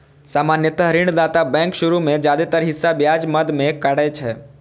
सामान्यतः ऋणदाता बैंक शुरू मे जादेतर हिस्सा ब्याज मद मे काटै छै